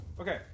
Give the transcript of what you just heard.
Okay